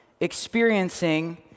Experiencing